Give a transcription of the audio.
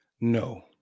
No